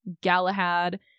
Galahad